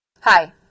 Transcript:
hi